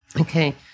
Okay